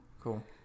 cool